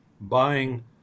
Buying